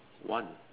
one